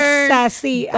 sassy